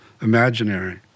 imaginary